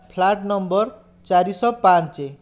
flat number ଚାରିଶହ ପାଞ୍ଚ